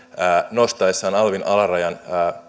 nostaessaan alvin alarajan